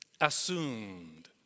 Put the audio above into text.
assumed